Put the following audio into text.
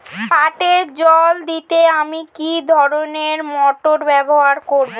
পাটে জল দিতে আমি কি ধরনের মোটর ব্যবহার করব?